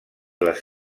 les